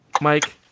Mike